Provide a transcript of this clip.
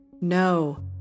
No